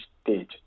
stage